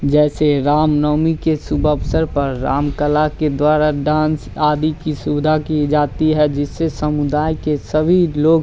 जैसे राम नवमी के शुभ अवसर पर राम कला के द्वारा डांस आदि की सुविधा की जाती है जिससे समुदाय के सभी लोग